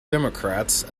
democrats